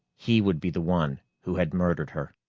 he would be the one who had murdered her.